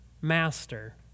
Master